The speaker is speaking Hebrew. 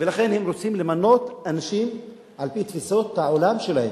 ולכן הם רוצים למנות אנשים על-פי תפיסות העולם שלהם,